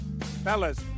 Fellas